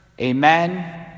Amen